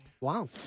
Wow